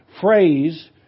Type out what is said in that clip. phrase